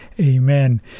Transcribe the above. Amen